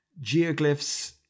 Geoglyphs